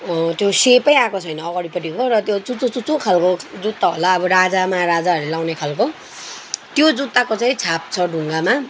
त्यो सबै आएको छैन अगाडिपट्टिको र त्यो चुच्चो चुच्चो खाल्को जुत्ता होला अब राजा महाराजाहरूले लगाउने खालको त्यो जुत्ताको चाहिँ छाप छ ढुङ्गामा